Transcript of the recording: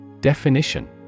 Definition